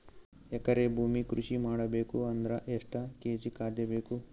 ಎಕರೆ ಭೂಮಿ ಕೃಷಿ ಮಾಡಬೇಕು ಅಂದ್ರ ಎಷ್ಟ ಕೇಜಿ ಖಾದ್ಯ ಬೇಕು?